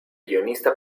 guionista